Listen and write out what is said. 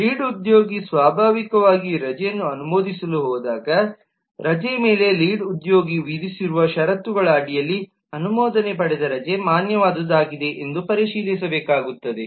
lead ಉದ್ಯೋಗಿ ಸ್ವಾಭಾವಿಕವಾಗಿ ರಜೆಯನ್ನು ಅನುಮೋದಿಸಲು ಹೋದಾಗ ರಜೆ ಮೇಲೆ ಲೀಡ್ ಉದ್ಯೋಗಿ ವಿಧಿಸಿರುವ ಷರತ್ತುಗಳ ಅಡಿಯಲ್ಲಿ ಅನುಮೋದನೆ ಪಡೆದ ರಜೆ ಮಾನ್ಯವಾದುದಾಗಿದೆ ಎಂದು ಪರಿಶೀಲಿಸಬೇಕಾಗುತ್ತದೆ